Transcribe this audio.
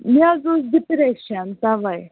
مےٚ حظ اوس ڈِپریٚشن تَوے